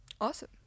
Awesome